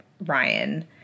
ryan